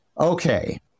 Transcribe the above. Okay